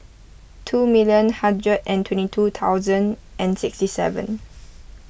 two million hundred and twenty two thousand and sixty seven